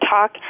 talk